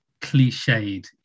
cliched